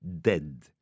dead